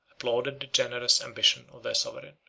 applauded the generous ambition of their sovereign.